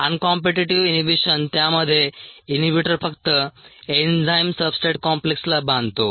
uncompetitive inhibition त्यामध्ये inhibitor फक्त enzyme substrate कॉम्प्लेक्सला बांधतो